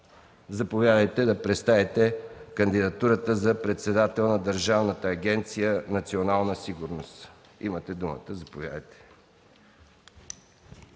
заповядайте да представите кандидатурата за председател на Държавна агенция „Национална сигурност”. Имате думата.